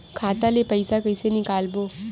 खाता ले पईसा कइसे निकालबो?